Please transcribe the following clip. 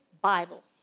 Bible